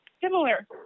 similar